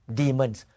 demons